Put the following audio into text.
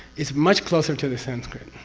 it's much closer to the sanskrit,